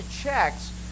checks